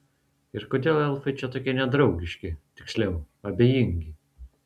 ir kodėl elfai čia tokie nedraugiški tiksliau abejingi